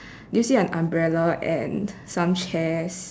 do you see an umbrella and some chairs